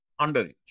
underage